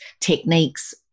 techniques